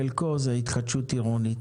חלקו זה התחדשות עירונית,